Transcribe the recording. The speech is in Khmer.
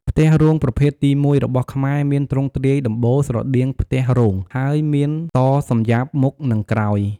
ផ្ទះរោងប្រភេទទី១របស់ខ្មែរមានទ្រង់ទ្រាយដំបូលស្រដៀងផ្ទះរោងហើយមានតសំយាបមុខនិងក្រោយ។